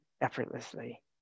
effortlessly